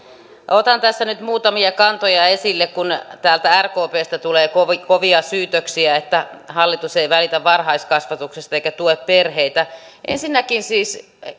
otan tässä nyt muutamia kantoja esille kun täältä rkpsta tulee kovia syytöksiä että hallitus ei välitä varhaiskasvatuksesta eikä tue perheitä ensinnäkin siis